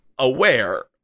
aware